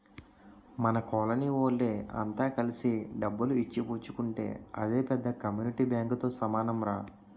మన కోలనీ వోళ్ళె అంత కలిసి డబ్బులు ఇచ్చి పుచ్చుకుంటే అదే పెద్ద కమ్యూనిటీ బాంకుతో సమానంరా